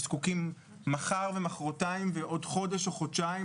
שזקוקים מחר ומוחרתיים ועוד חודש או חודשיים,